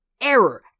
error